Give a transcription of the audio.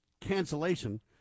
cancellation